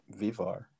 vivar